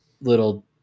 little